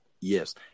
Yes